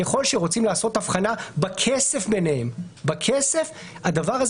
ככל שרוצים לעשות הבחנה בכסף ביניהם הדבר הזה